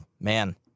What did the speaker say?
Man